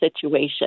situation